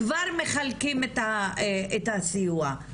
כבר מחלקים את הסיוע,